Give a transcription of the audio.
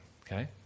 okay